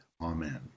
amen